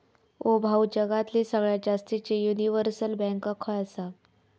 ओ भाऊ, जगातली सगळ्यात जास्तीचे युनिव्हर्सल बँक खय आसा